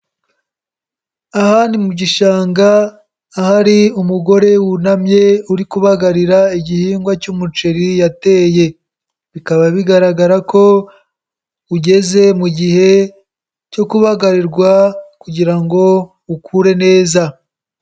Aha ni mu gishanga ahari umugore wunamye uri kubagarira igihingwa cy'umuceri yateye. Bikaba bigaragara ko ugeze mu gihe cyo kubagarirwa kugira ngo ukure neza.